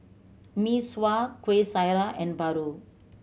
Mee Sua Kuih Syara and paru